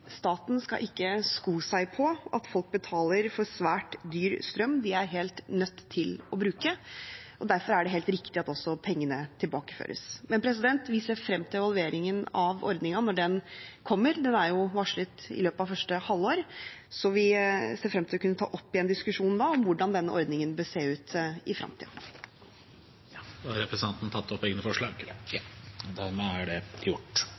Staten skal ikke sko seg på at folk betaler for svært dyr strøm de er helt nødt til å bruke, og derfor er det helt riktig at også pengene tilbakeføres. Men vi ser frem til evalueringen av ordningen når den kommer. Den er varslet i løpet av første halvår, så vi ser frem til da å kunne ta opp igjen diskusjonen om hvordan denne ordningen bør se ut i fremtiden. Jeg tar opp forslagene fra Høyre og Venstre. Da har representanten Tina Bru tatt opp